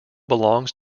belongs